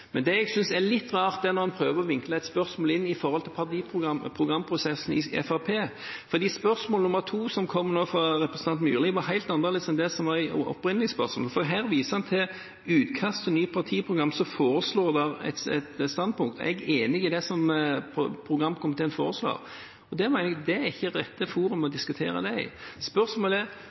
Men det jeg synes er litt rart, er at en prøver å vinkle et spørsmål til programprosessen i Fremskrittspartiet. Det andre spørsmålet som kom fra representanten Myrli nå, var helt annerledes enn det opprinnelige spørsmålet, for der viste han til utkast til nytt partiprogram, der det foreslås et standpunkt. Jeg er enig i det som programkomiteen foreslår, og jeg mener dette ikke er det rette forum å diskutere